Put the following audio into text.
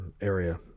area